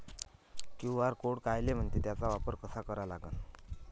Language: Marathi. क्यू.आर कोड कायले म्हनते, त्याचा वापर कसा करा लागन?